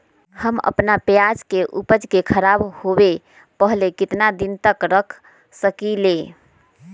हम अपना प्याज के ऊपज के खराब होबे पहले कितना दिन तक रख सकीं ले?